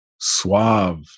suave